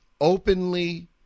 openly